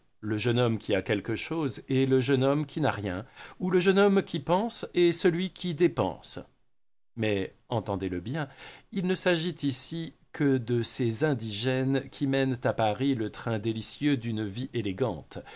le jeune homme qui a quelque chose et le jeune homme qui n'a rien ou le jeune homme qui pense et celui qui dépense mais entendez le bien il ne s'agit ici que de ces indigènes qui mènent à paris le train délicieux d'une vie élégante